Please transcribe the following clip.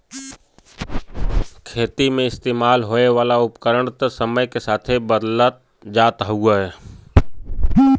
खेती मे इस्तेमाल होए वाला उपकरण त समय के साथे बदलत जात हउवे